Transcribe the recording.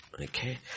Okay